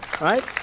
right